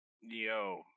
Yo